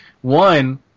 One